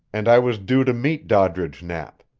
and i was due to meet doddridge knapp.